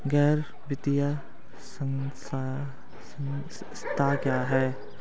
गैर वित्तीय संस्था क्या है?